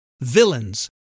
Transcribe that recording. villains